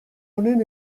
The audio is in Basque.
honen